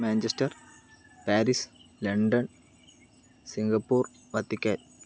Manchester Paris London Singapore Vatican